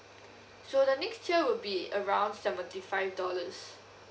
so the next tier will be around seventy five dollars